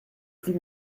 plus